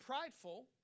prideful